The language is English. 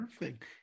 Perfect